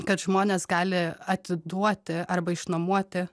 kad žmonės gali atiduoti arba išnuomoti